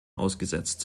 ausgesetzt